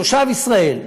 תושב ישראל,